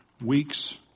weeks